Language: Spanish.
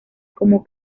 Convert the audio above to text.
como